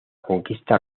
conquista